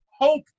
hope